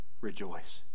rejoice